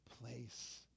place